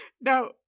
now